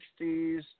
60s